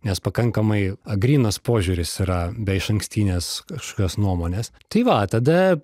nes pakankamai grynas požiūris yra be išankstinės kažkokios nuomonės tai va tada